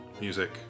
music